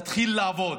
תתחיל לעבוד.